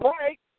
right